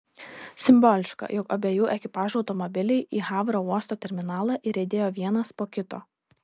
simboliška jog abiejų ekipažų automobiliai į havro uosto terminalą įriedėjo vienas po kito